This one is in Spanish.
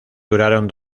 duraron